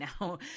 now